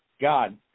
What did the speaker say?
God